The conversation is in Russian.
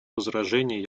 возражений